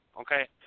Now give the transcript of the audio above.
okay